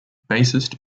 bassist